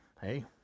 hey